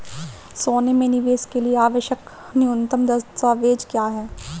सोने में निवेश के लिए आवश्यक न्यूनतम दस्तावेज़ क्या हैं?